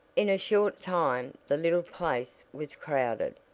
in a short time the little place was crowded.